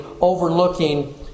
overlooking